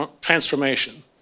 transformation